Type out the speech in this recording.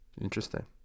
interesting